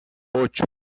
ocho